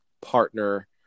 partner